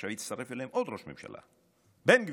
ועשיו הצטרף אליהם עוד ראש ממשלה, בן גביר: